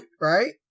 right